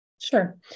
Sure